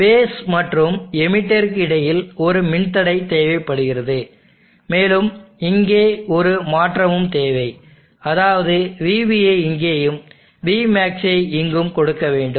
base மற்றும் எமீட்டருக்கு இடையில் ஒரு மின்தடை தேவைப்படுகிறது மேலும் இங்கே ஒரு மாற்றமும் தேவை அதாவது vB ஐ இங்கேயும் vmax ஐ இங்கும் கொடுக்க வேண்டும்